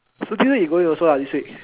so this one you going also ah this week